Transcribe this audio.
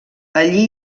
allí